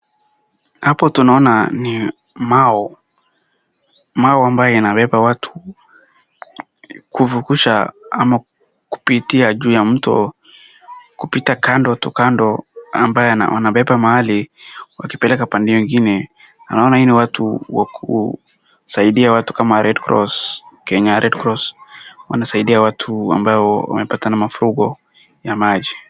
Hapo tunaona ni mau, mau ambayo inabeba watu kuvukisha ama kupitia juu ya mto kupita kando tu kando ambayo wanabeba mahali wakipeleka pande hiyo ingine, naona hii ni ya kusaidia watu kama Kenya Red cross wanasaidia watu ambao wanapata mafuriko ya maji.